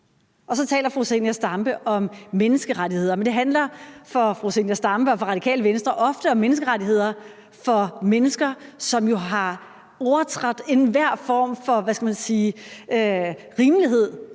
i. Så taler fru Zenia Stampe om menneskerettigheder, men det handler for fru Zenia Stampe og for Radikale Venstre ofte om menneskerettigheder for mennesker, som jo har overtrådt enhver form for, hvad